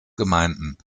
gemeinden